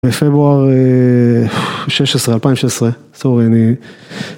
בפברואר 2016, סורי אני...